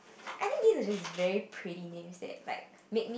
I think these are just very pretty names like makes